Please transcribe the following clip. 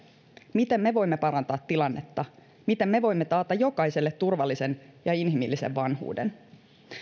miten me voimme parantaa tilannetta miten me voimme taata jokaiselle turvallisen ja inhimillisen vanhuuden